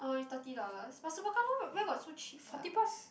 oh is thirty dollars but Superga where got so cheap sia